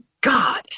god